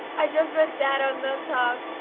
i just read dad on the top.